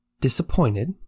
Disappointed